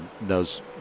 knows